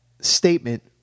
statement